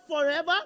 forever